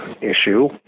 issue